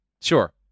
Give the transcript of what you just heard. Sure